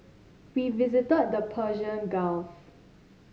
we visited the Persian Gulf